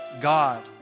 God